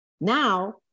now